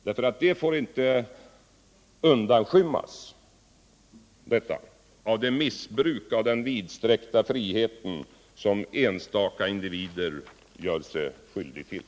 Detta får inte undanskymmas av det missbruk av den vidsträckta friheten som enstaka individer gör sig skyldiga till.